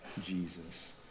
Jesus